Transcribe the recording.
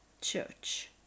church